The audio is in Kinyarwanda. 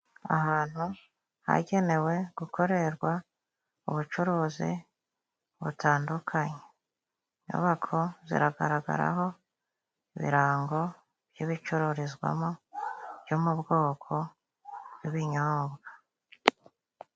Ahantu hagenewe gukorerwa ubucuruzi butandukanye. Inyubako ziragaragaraho ibirango by'ibicururizwamo byo mu bwoko bw'ibinyobwa.